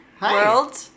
world